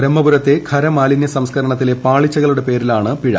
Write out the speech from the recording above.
ബ്രഹ്മപ്ട്രത്തെ ഖരമാലിന്യ സംസ്കരണത്തിലെ പാളിച്ചകളുടെ പേരിലാണ് പിഴ